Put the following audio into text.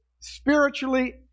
spiritually